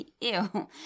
Ew